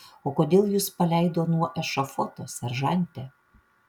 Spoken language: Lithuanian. o kodėl jus paleido nuo ešafoto seržante